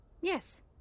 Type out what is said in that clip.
Yes